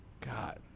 God